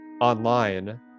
online